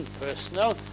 personal